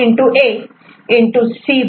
C1 B